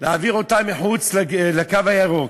להעביר אותם מחוץ לקו הירוק?